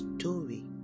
story